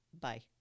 Bye